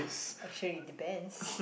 actually it depends